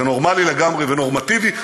זה נורמלי לגמרי ונורמטיבי,